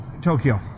Tokyo